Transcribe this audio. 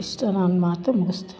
ಇಷ್ಟು ನನ್ನ ಮಾತು ಮುಗಿಸ್ತೀನಿ